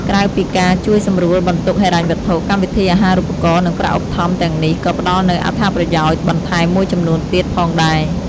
ក្រៅពីការ ជួយសម្រួលបន្ទុកហិរញ្ញវត្ថុ កម្មវិធីអាហារូបករណ៍ និងប្រាក់ឧបត្ថម្ភទាំងនេះក៏ ផ្ដល់នូវអត្ថប្រយោជន៍បន្ថែមមួយចំនួនទៀត ផងដែរ។